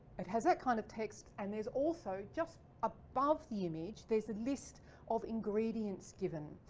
it has that kind of text and there's also just above the image, there's a list of ingredients given.